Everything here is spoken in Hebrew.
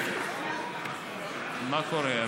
לכך, מה קורה?